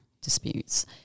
disputes